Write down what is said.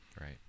Right